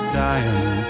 dying